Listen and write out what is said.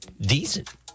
decent